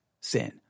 sin